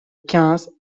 quinze